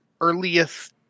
earliest